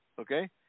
Okay